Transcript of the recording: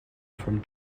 from